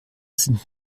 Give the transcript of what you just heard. sind